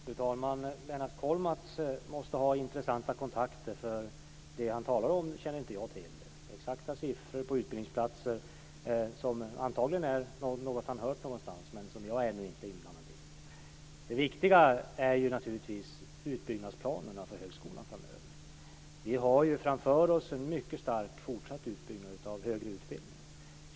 Fru talman! Lennart Kollmats måste ha intressanta kontakter, för det han talar om känner inte jag till. Exakta siffror på utbildningsplatser är antagligen något som han har hört någonstans, men som jag ännu inte är inblandad i. Det viktiga är naturligtvis utbyggnadsplanerna för högskolan framöver. Vi har framför oss en mycket stark fortsatt utbyggnad av högre utbildning.